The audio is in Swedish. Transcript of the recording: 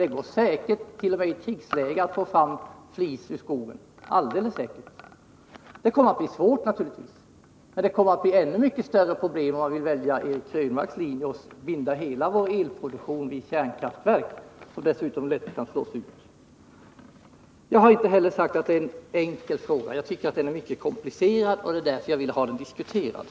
Det går alldeles säkert att t.o.m. i ett krigsläge få fram flis ur skogen, även om det naturligtvis skulle vara svårt. Men det skulle uppstå ännu större problem om man valde Eric Krönmarks linje — att binda upp hela vår elproduktion kring sårbara kärnkraftverk. Jag har inte sagt att detta är en enkel fråga. Jag tycker tvärtom att frågan är mycket komplicerad och det var därför som jag vill diskutera den.